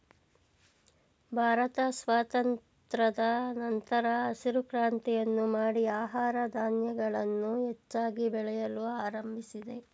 ಭಾರತ ಸ್ವಾತಂತ್ರದ ನಂತರ ಹಸಿರು ಕ್ರಾಂತಿಯನ್ನು ಮಾಡಿ ಆಹಾರ ಧಾನ್ಯಗಳನ್ನು ಹೆಚ್ಚಾಗಿ ಬೆಳೆಯಲು ಆರಂಭಿಸಿದೆ